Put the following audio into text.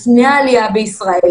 לפני העלייה לישראל,